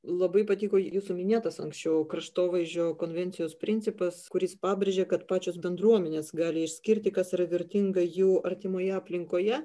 labai patiko jūsų minėtas anksčiau kraštovaizdžio konvencijos principas kuris pabrėžė kad pačios bendruomenės gali išskirti kas yra vertinga jų artimoje aplinkoje